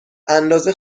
اندازه